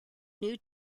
new